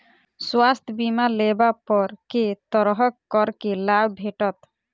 स्वास्थ्य बीमा लेबा पर केँ तरहक करके लाभ भेटत?